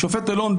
השופט אלון,